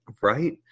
Right